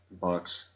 Bucks